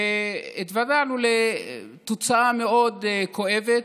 והתוודענו לתוצאה מאוד כואבת,